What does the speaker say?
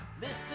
Listen